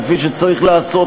כפי שצריך לעשות,